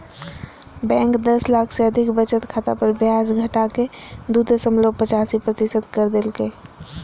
bank दस लाख से अधिक बचत खाता पर ब्याज घटाके दू दशमलब पचासी प्रतिशत कर देल कय